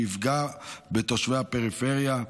שיפגע בתושבי הפריפריה,